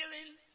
killing